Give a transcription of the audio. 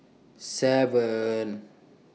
seven